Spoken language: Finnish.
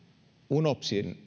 unopsin